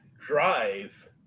drive